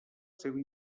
seva